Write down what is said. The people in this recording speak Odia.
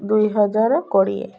ଦୁଇ ହଜାର କୋଡ଼ିଏ